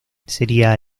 sería